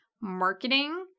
marketing